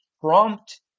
prompt